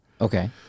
Okay